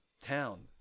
town